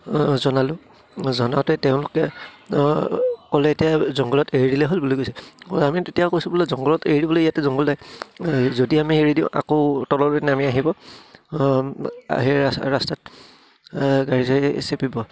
জনালোঁ জনাওঁতে তেওঁলোকে ক'লে এতিয়া জংঘলত এৰি দিলে হ'ল বুলি কৈছে আমি তেতিয়া কৈছোঁ বোলে জংঘলত এৰি দিবলৈ ইয়াতে জংঘল নাই যদি আমি এৰি দিওঁ আকৌ তললৈ নামি আহিব সেই ৰাস্তাত গাড়ী চাড়ীয়ে চেপিব